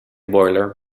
boiler